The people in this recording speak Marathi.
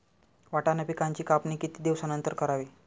वाटाणा पिकांची कापणी किती दिवसानंतर करावी?